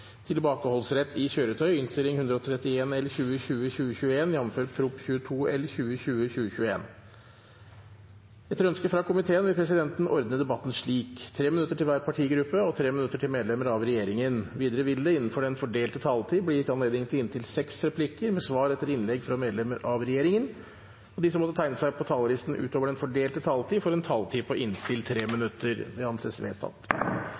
minutter til medlemmer av regjeringen. Videre vil det – innenfor den fordelte taletid – bli gitt anledning til inntil seks replikker med svar etter innlegg fra medlemmer av regjeringen, og de som måtte tegne seg på talerlisten utover den fordelte taletid, får en taletid på inntil